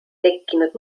tekkinud